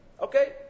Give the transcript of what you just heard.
Okay